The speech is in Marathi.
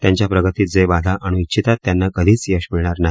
त्यांच्या प्रगतीत जे बाधा आणू इच्छितात त्यांना कधीच यश मिळणार नाही